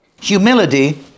Humility